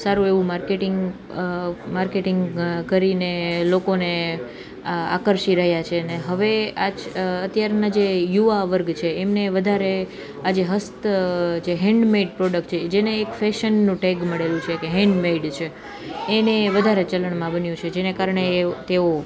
સારું એવું marketing marketing કરીને લોકોને આકર્ષી રહ્યા છે ને હવે આજ અત્યારના જે યુવા વર્ગ છે એમને વધારે આજે હસ્ત જે હેન્ડમેડ પ્રોડક્ટ છે જેને એક ફેશનનું ટેગ મળેલું છે કે હેન્ડમેડ છે એને વધારે ચલણમાં બન્યું છે જેના કારણે તેઓ